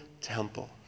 temple